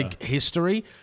history